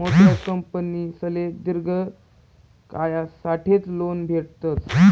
मोठा कंपनीसले दिर्घ कायसाठेच लोन भेटस